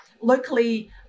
Locally